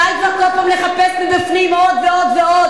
די כבר כל פעם לחפש מבפנים עוד ועוד ועוד.